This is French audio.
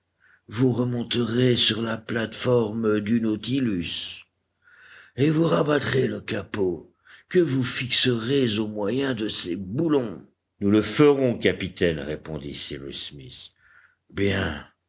vous remonterez sur la plate-forme du nautilus et vous rabattrez le capot que vous fixerez au moyen de ses boulons nous le ferons capitaine répondit cyrus smith bien